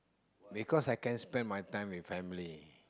because I can spend my time with family